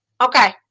okay